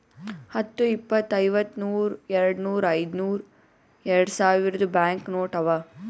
ಹತ್ತು, ಇಪ್ಪತ್, ಐವತ್ತ, ನೂರ್, ಯಾಡ್ನೂರ್, ಐಯ್ದನೂರ್, ಯಾಡ್ಸಾವಿರ್ದು ಬ್ಯಾಂಕ್ ನೋಟ್ ಅವಾ